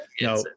No